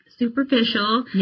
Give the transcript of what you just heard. superficial